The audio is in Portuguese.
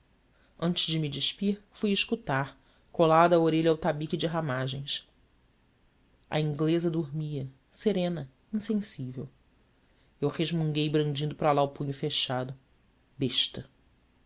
antes de me despir fui escutar colada a orelha ao tabique de ramagens a inglesa dormia serena insensível eu resmunguei brandindo para lá o punho fechado besta